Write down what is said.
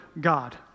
God